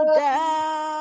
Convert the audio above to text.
down